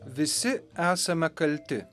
visi esame kalti